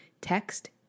text